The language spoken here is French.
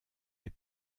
est